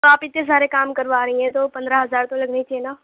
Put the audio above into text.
تو آپ اتنے سارے کام کروا رہی ہیں تو پندرہ ہزار تو لگنے ہی چاہیے نا